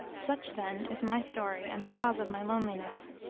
such, then, is my story and the cause of my loneliness.